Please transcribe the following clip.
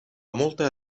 molta